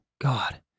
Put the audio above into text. God